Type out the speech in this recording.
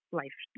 life